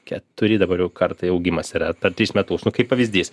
keturi dabar jau kartai augimas yra per tris metus nu kaip pavyzdys